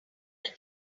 are